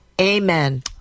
Amen